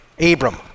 Abram